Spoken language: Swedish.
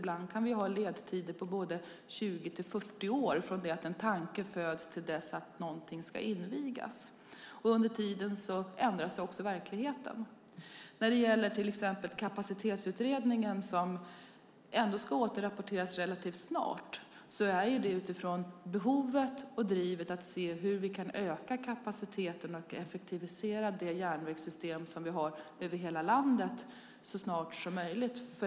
Vi kan ha ledtider på 20-40 år från det att en tanke föds till dess att någonting ska invigas. Under tiden ändras verkligheten. När det gäller Kapacitetsutredningen, som ska avlämnas relativt snart, görs den utifrån behovet att se hur vi så snart som möjligt kan öka kapaciteten och effektivisera det järnvägssystem som vi har över landet.